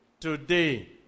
Today